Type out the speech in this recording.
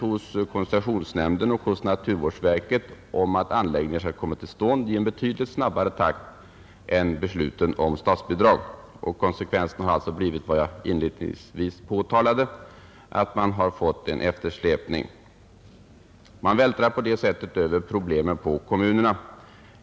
Hos koncessionsnämnden och hos naturvårdsverket fattas alltså beslut om att anläggningar skall komma till stånd i betydligt snabbare takt än besluten om statsbidrag, och konsekvensen har blivit vad jag inledningsvis påtalade, nämligen att man har fått en eftersläpning. Man vältrar på det sättet över problemen på kommunerna.